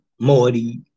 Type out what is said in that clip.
Morty